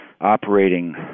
operating